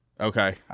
Okay